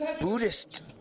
Buddhist